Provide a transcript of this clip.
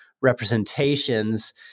representations